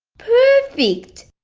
perfect!